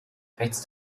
rechts